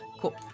cool